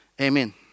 Amen